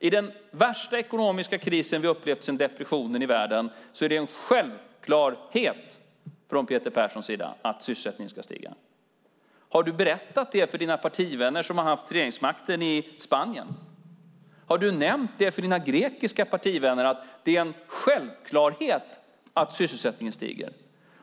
I den värsta ekonomiska krisen i världen som vi upplevt sedan depressionen är det en självklarhet, från Peter Perssons sida, att sysselsättningen ska stiga. Har du berättat det för dina partivänner som har haft regeringsmakten i Spanien? Har du nämnt detta för dina grekiska partivänner, att det är en självklarhet att sysselsättningen stiger?